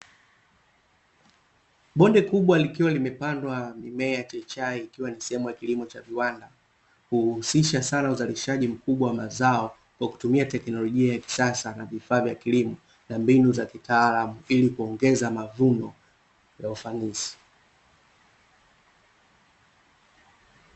Bonde kubwa likiwa limepandwa mimea ya chai, ikiwa ni sehemu ya kilimo cha viwanda, uhusisha sana uzalishaji mkubwa wa mazao, kwa kutumia teknolojia ya kisasa na vifaa vya kilimo na mbinu za kitaalamu, ili kuongeza mavuno na ufanisi.